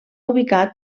ubicat